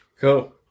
Cool